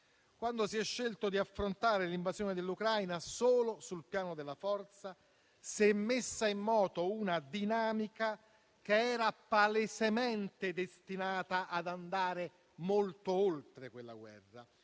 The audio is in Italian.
Quando si è scelto di affrontare l'invasione dell'Ucraina solo sul piano della forza, si è messa in moto una dinamica che era palesemente destinata ad andare molto oltre quella guerra.